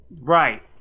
right